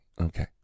Okay